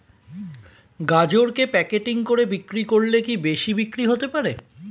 গাজরকে প্যাকেটিং করে বিক্রি করলে কি বেশি বিক্রি হতে পারে?